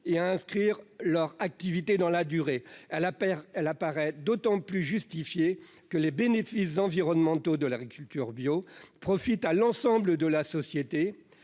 et à inscrire leur activité dans la durée. Elle apparaît d'autant plus justifiée que les bénéfices environnementaux de l'agriculture bio profitent à l'ensemble de la société